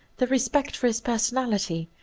the respect for his personality,